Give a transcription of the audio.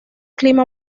clima